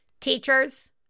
teachers